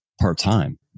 part-time